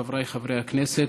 חבריי חברי הכנסת,